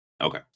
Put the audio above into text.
Okay